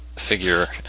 Figure